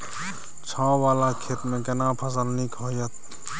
छै ॉंव वाला खेत में केना फसल नीक होयत?